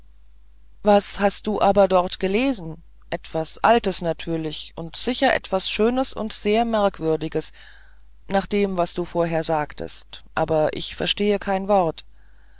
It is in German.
was hast du aber dort gelesen etwas altes natürlich und sicher etwas schönes und sehr merkwürdiges nach dem was du vorher sagtest aber ich verstehe kein wort